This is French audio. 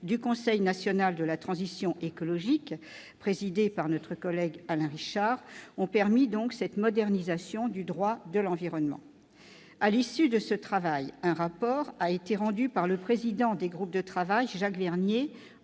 du Conseil national de la transition écologique présidée par notre collègue Alain Richard ont permis cette modernisation du droit de l'environnement. À l'issue de ce processus, un rapport a été rendu en mars 2015 par le président des groupes de travail, Jacques Vernier.